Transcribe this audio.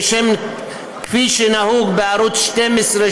כפי שנהוג בערוץ 12,